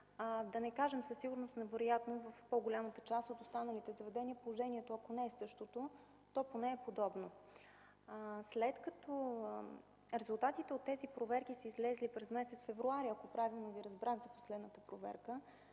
да не кажем със сигурност, но вероятно в по-голямата част от останалите заведения положението, ако не е същото, то поне е подобно. След като резултатите от тези проверки са излезли през месец февруари, ако правилно Ви разбрах за последната проверка,